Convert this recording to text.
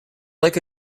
like